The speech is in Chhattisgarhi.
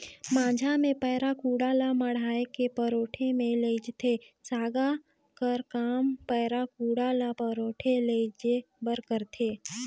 माझा मे पैरा कुढ़ा ल मढ़ाए के पैरोठ मे लेइजथे, सागा कर काम पैरा कुढ़ा ल पैरोठ लेइजे बर करथे